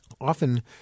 often